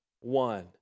one